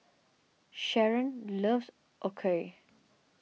Sherron loves Okayu